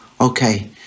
Okay